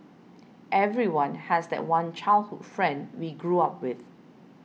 everyone has that one childhood friend we grew up with